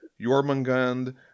Jormungand